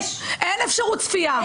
אין אפשרות צפייה.